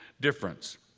difference